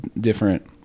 Different